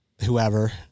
whoever